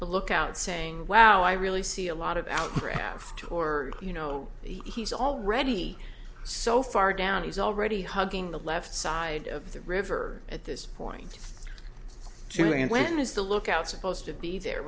the lookout saying wow i really see a lot of out raft or you know he's already so far down he's already hugging the left side of the river at this point julien when is the lookout supposed to be there